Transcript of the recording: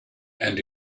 and